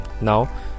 Now